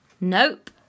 Nope